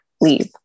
leave